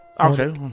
Okay